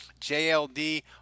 jld